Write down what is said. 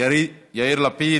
יאיר לפיד,